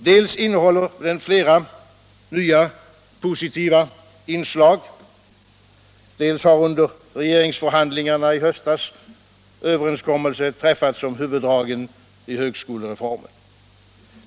Dels innehåller den flera nya, positiva inslag, dels har under regeringsförhandlingarna i höstas överenskommelse träffats om huvuddragen i högskolereformen.